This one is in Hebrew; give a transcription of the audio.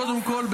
קודם כול,